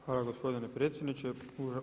Hvala gospodine predsjedniče.